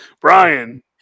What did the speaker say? Brian